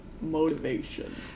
motivation